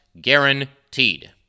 guaranteed